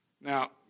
Now